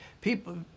People